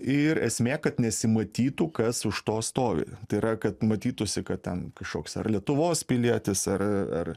ir esmė kad nesimatytų kas už to stovi tai yra kad matytųsi kad ten kažkoks ar lietuvos pilietis ar ar